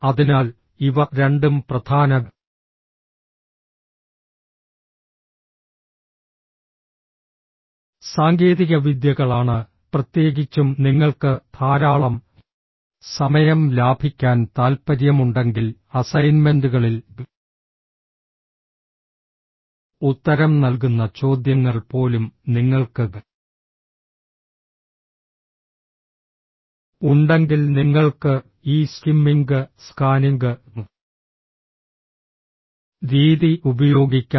അതിനാൽ ഇവ രണ്ടും പ്രധാന സാങ്കേതികവിദ്യകളാണ് പ്രത്യേകിച്ചും നിങ്ങൾക്ക് ധാരാളം സമയം ലാഭിക്കാൻ താൽപ്പര്യമുണ്ടെങ്കിൽ അസൈൻമെന്റുകളിൽ ഉത്തരം നൽകുന്ന ചോദ്യങ്ങൾ പോലും നിങ്ങൾക്ക് ഉണ്ടെങ്കിൽ നിങ്ങൾക്ക് ഈ സ്കിമ്മിംഗ് സ്കാനിംഗ് രീതി ഉപയോഗിക്കാം